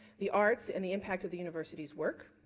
the arts and the impact of the university's work.